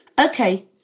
okay